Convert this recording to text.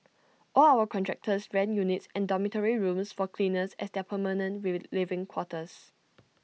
all our contractors rent units and dormitory rooms for cleaners as their permanent living quarters